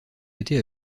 été